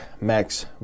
Max